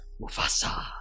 Mufasa